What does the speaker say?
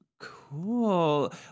cool